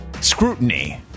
scrutiny